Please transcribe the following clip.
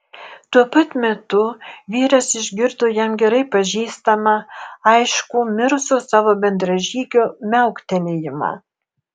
tuo pat metu vyras išgirdo jam gerai pažįstamą aiškų mirusio savo bendražygio miauktelėjimą